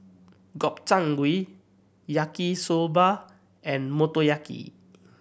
Gobchang Gui Yaki Soba and Motoyaki